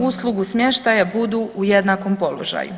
uslugu smještaja budu u jednakom položaju.